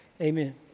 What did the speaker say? Amen